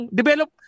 develop